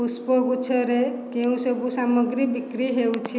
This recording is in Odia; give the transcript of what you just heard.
ପୁଷ୍ପଗୁଚ୍ଛରେ କେଉଁ ସବୁ ସାମଗ୍ରୀ ବିକ୍ରି ହେଉଛି